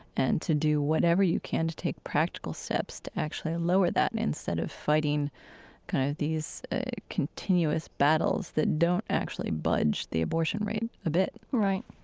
and to do whatever you can to take practical steps to actually lower that instead of fighting kind of these continuous battles that don't actually budge the abortion rate a bit right.